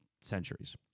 centuries